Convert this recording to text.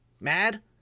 mad